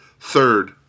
third